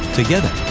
together